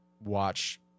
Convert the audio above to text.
watch